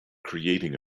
creating